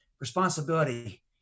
responsibility